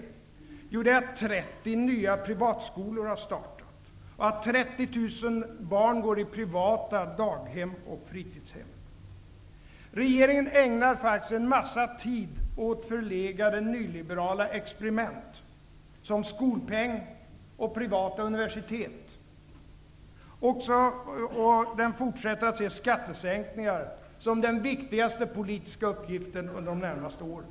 Jo, det är det faktum att 30 nya privatskolor startat och att 30 000 Regeringen ägnar en massa tid åt förlegade nyliberala experiment som skolpeng och privata universitet. Den fortsätter att se skattesänkningar som den viktigaste politiska uppgiften de närmaste åren.